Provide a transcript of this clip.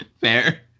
Fair